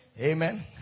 Amen